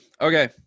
Okay